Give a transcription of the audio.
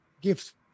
gift